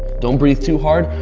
don't breathe too hard,